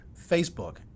Facebook